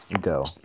Go